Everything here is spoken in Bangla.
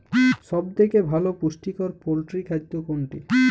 সব থেকে ভালো পুষ্টিকর পোল্ট্রী খাদ্য কোনটি?